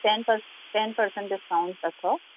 ten percent ten percent discount अथव